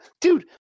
dude